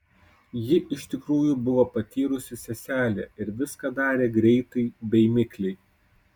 ji iš tikrųjų buvo patyrusi seselė ir viską darė greitai bei mikliai